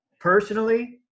Personally